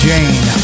Jane